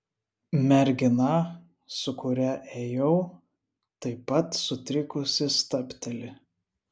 mergina su kuria ėjau taip pat sutrikusi stabteli